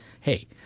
Hey